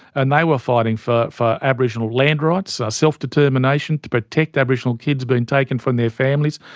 and they were fighting for for aboriginal land rights, ah self-determination, to protect aboriginal kids being taken from their families,